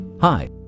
Hi